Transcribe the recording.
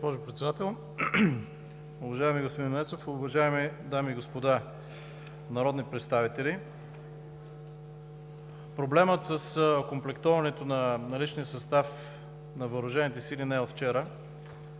Председател. Уважаеми господин Нецов, уважаеми дами и господа народни представители! Проблемът с окомплектоването на личния състав на въоръжените сили не е от вчера.